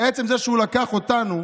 עצם זה שהוא לקח אותנו,